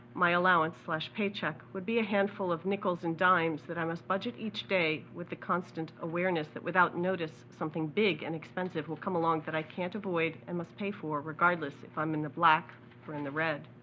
my allowance like paycheck would be a hand full of nickels and dimes that i must budget each day with the constant awareness that without notice, something big and expensive will come alone that i can't avoid and must pay for, regardless if i'm in the black or in the red.